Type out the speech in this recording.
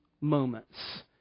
moments